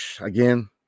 again